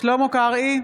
שלמה קרעי,